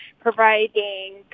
providing